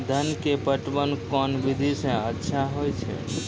धान के पटवन कोन विधि सै अच्छा होय छै?